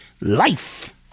life